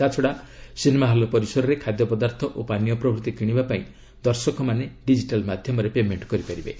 ତା୍ଚଡ଼ା cinema hall ପରିସରରେ ଖାଦ୍ୟପଦାର୍ଥ ଓ ପାନୀୟ ପ୍ରଭୃତି କିଣିବା ପାଇଁ ଦର୍ଶକମାନେ ଡିଜିଟାଲ୍ ମାଧ୍ୟମରେ ପେମେଣ୍ଟ୍ କରିବେ